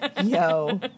yo